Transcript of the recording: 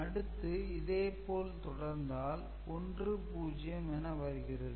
அடுத்து இதே போல் தொடர்ந்தால் 1 0 என வருகிறது